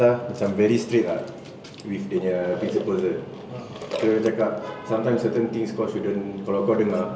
entah macam very straight ah with dia nya principles dia kira cakap sometimes certain things kau shouldn't kalau kau dengar